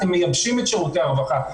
אתם מייבשים את שירותי הרווחה.